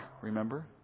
remember